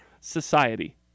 society